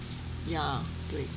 ya 对